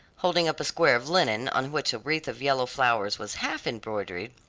holding up a square of linen on which a wreath of yellow flowers was half embroidered,